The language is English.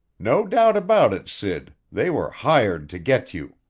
no doubt about it, sid they were hired to get you.